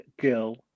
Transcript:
girl